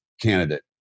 candidate